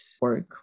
work